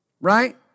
Right